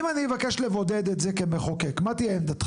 אם אני אבקש לבודד את זה כמחוקק, מה תהיה עמדתכם?